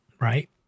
right